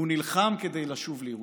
הוא נלחם כדי לשוב לירושלים,